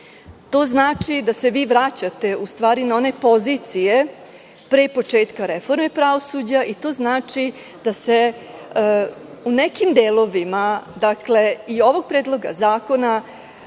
To znači, da se vi vraćate na one pozicije pre početka reforme pravosuđa i to znači da se, u nekim delovima, dakle i ovog predloga zakona